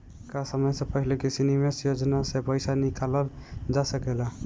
का समय से पहले किसी निवेश योजना से र्पइसा निकालल जा सकेला?